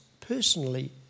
personally